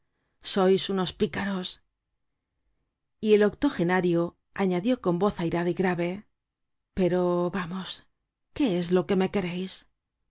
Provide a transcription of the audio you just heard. book search generated at y el octogenario añadió con voz airada y grave pero vamos qué es lo que me quereis